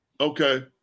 Okay